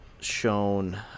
shown